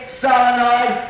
solenoid